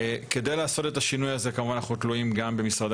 כדי לעשות את השינוי הזה אנחנו כמובן תלויים גם במשרדי